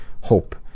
hope